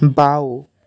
বাওঁ